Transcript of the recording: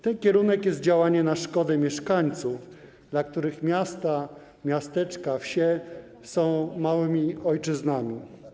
Ten kierunek jest działaniem na szkodę mieszkańców, dla których miasta, miasteczka i wsie są małymi ojczyznami.